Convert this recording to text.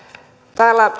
täällä